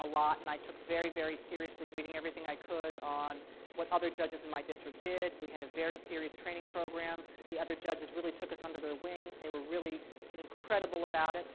a lot, and i took very, very seriously reading everything i could on what other judges in my district did. we had a very serious training program. the other judges really took us under their wings. they were really incredible about it,